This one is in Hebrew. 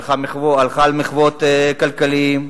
הלכה על מחוות כלכליות.